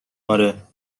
آره